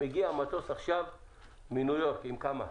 מגיע עכשיו מטוס מניו-יורק, עם כמה?